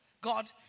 God